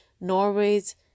Norway's